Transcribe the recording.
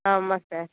ஆமாம் சார்